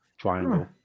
triangle